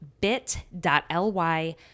bit.ly